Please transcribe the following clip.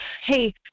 hey